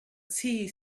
tea